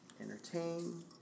entertain